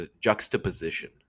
juxtaposition